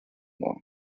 mall